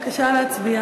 בבקשה להצביע